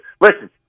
Listen